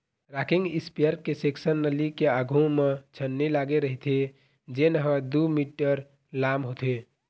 rocking sprayer के सेक्सन नली के आघू म छन्नी लागे रहिथे जेन ह दू मीटर लाम होथे